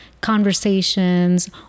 conversations